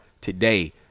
today